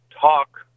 talk